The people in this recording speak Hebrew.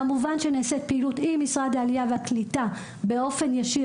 כמובן שנעשית פעילות עם משרד העלייה והקליטה באופן ישיר,